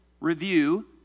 Review